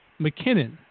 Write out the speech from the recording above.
McKinnon